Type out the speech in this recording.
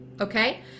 okay